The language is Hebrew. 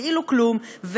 כאילו כלום,